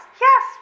Yes